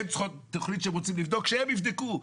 תכנית שרוצים לבדוק שהם יבדקו.